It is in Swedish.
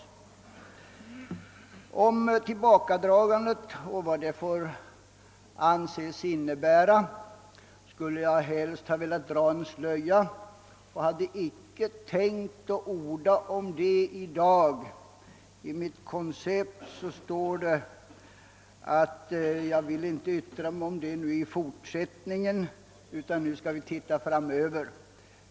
Detta tillbakadragande och vad det får anses innebära skulle jag helst ha velat dra en slöja över och hade inte tänkt att orda om det i dag. I mitt koncept står det, att jag inte vill yttra mig om det i fortsättningen, utan att vi nu skall se framåt.